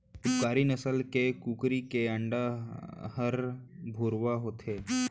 उपकारी नसल के कुकरी के अंडा हर भुरवा होथे